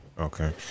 Okay